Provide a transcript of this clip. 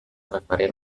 referent